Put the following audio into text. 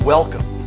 Welcome